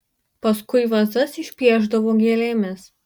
paskui vazas išpiešdavo gėlėmis